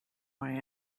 way